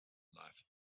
life